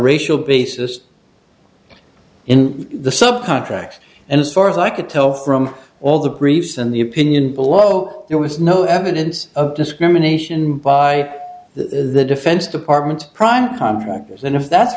racial basis in the subcontract and as far as i could tell from all the briefs and the opinion below there was no evidence of discrimination by the defense department prime contractors and if that's